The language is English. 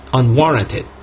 unwarranted